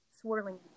swirling